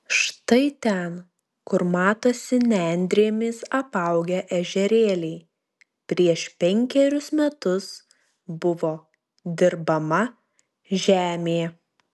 štai ten kur matosi nendrėmis apaugę ežerėliai prieš penkerius metus buvo dirbama žemė